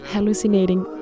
Hallucinating